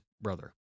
brother